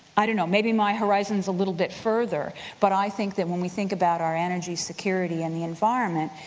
i don't know, maybe my horizon is a little bit further but i think that when we think about our energy security and the environment,